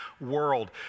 world